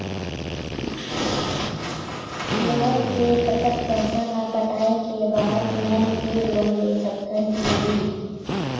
Loan के कतक पैसा ला पटाए के बाद मैं फिर लोन ले सकथन कि नहीं?